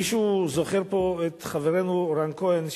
מישהו זוכר פה את חברנו רן כהן,